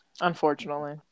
Unfortunately